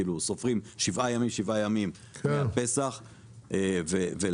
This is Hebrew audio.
סופרים שבעה ימים שבעה ימים מהפסח ולאחור.